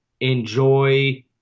enjoy